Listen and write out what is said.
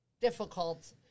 difficult